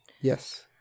yes